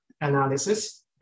analysis